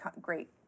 great